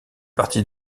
partie